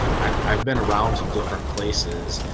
i've been around to different places.